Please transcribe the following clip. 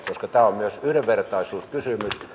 koska tämä on myös yhdenvertaisuuskysymys